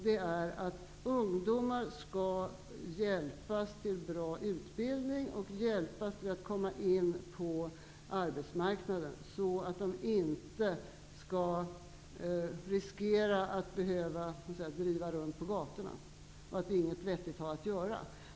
Det är att ungdomar skall hjälpas till bra utbildning och att komma in på arbetsmarknaden. De skall inte riskera att behöva driva runt på gatorna och inte ha något vettigt att göra.